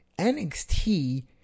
NXT